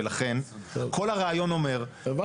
ולכן כל הרעיון אומר --- הבנתי.